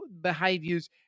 behaviors